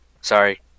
Sorry